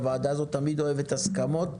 הוועדה הזו תמיד אוהבת הסכמות.